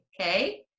okay